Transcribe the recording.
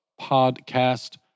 podcast